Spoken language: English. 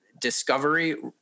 discovery